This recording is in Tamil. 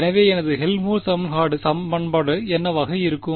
எனவே எனது ஹெல்ம்ஹோல்ட்ஸ் சமன்பாடு என்னவாக இருக்கும்